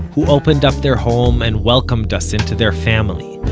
who opened up their home, and welcomed us into their family.